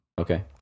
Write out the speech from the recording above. Okay